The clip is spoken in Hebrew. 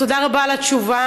תודה רבה על התשובה,